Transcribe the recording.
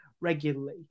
regularly